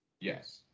Yes